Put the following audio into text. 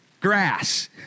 grass